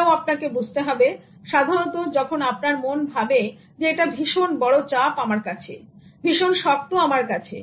এটাও আপনাকে বুঝতে হবে সাধারণত যখন আপনার মন ভাবে যেএটা ভীষণ বড় চাপ আমার কাছে ভীষণ শক্ত আমার কাছে